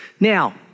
Now